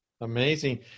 amazing